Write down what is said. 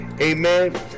Amen